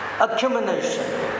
accumulation